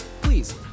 Please